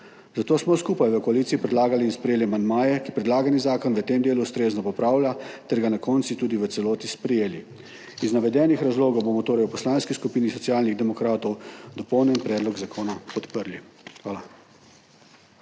Zato smo skupaj v koaliciji predlagali in sprejeli amandmaje, ki predlagani zakon v tem delu ustrezno popravljajo ter ga na koncu tudi v celoti sprejeli. Iz navedenih razlogov bomo torej v Poslanski skupini Socialnih demokratov dopolnjeni predlog zakona podprli. Hvala.